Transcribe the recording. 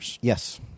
Yes